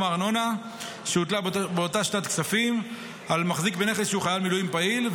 הארנונה שהוטלה באותה שנת כספים על מחזיק בנכס שהוא חייל מילואים פעיל,